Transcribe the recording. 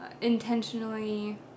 intentionally